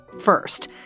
First